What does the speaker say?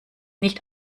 nicht